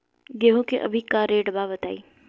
गेहूं के अभी का रेट बा बताई?